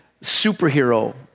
superhero